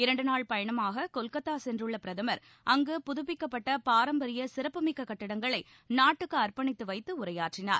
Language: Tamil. இரண்டுநாள் பயணமாக கொல்கத்தா கென்றுள்ள பிரதமர் அங்கு புதுப்பிக்கப்பட்ட பாரம்பரிய சிறப்புமிக்க கட்டங்களை நாட்டுக்கு அர்ப்பணித்து வைத்து உரையாற்றினார்